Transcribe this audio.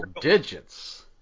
digits